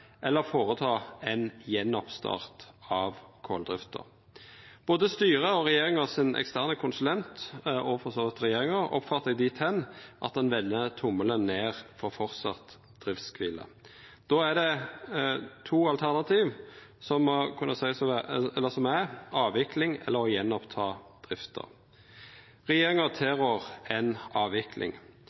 eller å starta opp igjen koldrifta. Både styret og den eksterne konsulenten til regjeringa – og for så vidt regjeringa – oppfattar eg slik at ein vender tommelen ned for framleis driftskvile. Då er det to alternativ: avvikling eller å ta opp igjen drifta. Regjeringa tilrår ei avvikling.